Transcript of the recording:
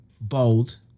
bold